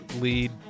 lead